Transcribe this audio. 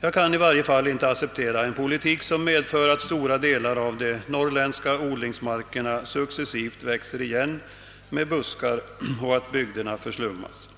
Jag kan i varje fall inte acceptera en politik som medför att stora delar av de norrländska odlingsmarkerna successivt växer igen med buskar och att bygderna förslummas.